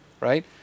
right